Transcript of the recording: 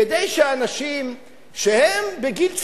זאת כדי שאנשים שהם בגיל צעיר,